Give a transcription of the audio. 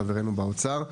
חברינו באוצר.